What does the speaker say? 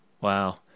Wow